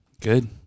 Good